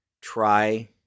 try